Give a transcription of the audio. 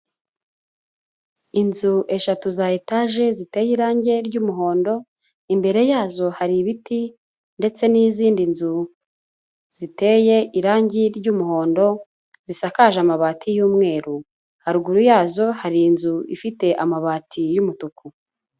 Inzu eshatu za etage ziteye irangi ry'umuhondo, imbere yazo hari ibiti ndetse n'izindi nzu ziteye irangi ry'umuhondo zisakaje amabati y'umweru. Haruguru yazo hari inzu ifite amabati y'umutuku.